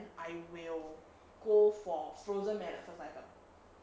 I will go for frozen mallet first item